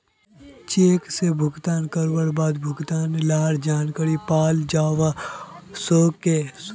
cheque से भुगतान करवार बाद भुगतान लार जानकारी पाल जावा सकोहो